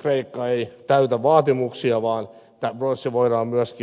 kreikka ei täytä vaatimuksia vaan tämä prosessi voidaan myöskin keskeyttää